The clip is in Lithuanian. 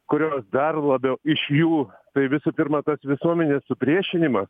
kurios dar labiau iš jų tai visų pirma tas visuomenės supriešinimas